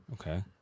Okay